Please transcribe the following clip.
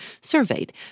surveyed